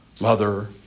Mother